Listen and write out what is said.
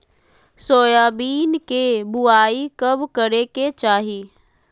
Soybean के बुआई कब करे के चाहि?